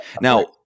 now